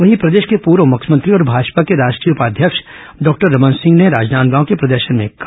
वहीं प्रदेश के पूर्व मुख्यमंत्री और भाजपा के राष्ट्रीय उपाध्यक्ष डॉक्टर रमन सिंह राजनांदगांव के प्रदर्शन में शामिल हुए